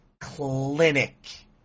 clinic